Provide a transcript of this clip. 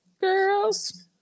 Girls